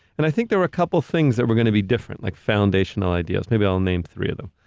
and i think there were a couple things that were gonna be different. like foundational ideas, maybe i'll name three of them.